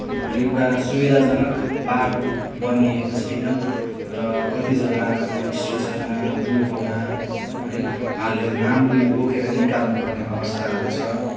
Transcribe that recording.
एउटा सुविधाजनक बाटो बनिएको छैन र कति जग्गामा स्ट्रेचरमा डोकोमा है हालेर नाम्लोले बोकेर निकाल्नुपर्ने अवस्थाहरू छ